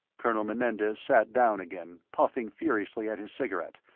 colonel menendez sat down again, puffing furiously at his cigarette,